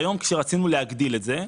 היום, כשרצינו להגדיל את זה,